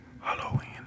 Halloween